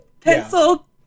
pencil